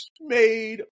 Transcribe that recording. made